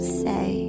say